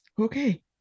Okay